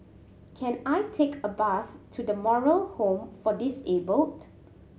can I take a bus to The Moral Home for Disabled